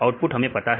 output हमें पता है